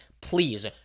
please